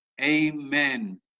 amen